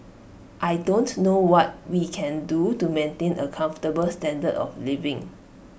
I don't know what we can do to maintain A comfortable standard of living